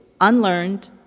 unlearned